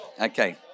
Okay